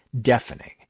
deafening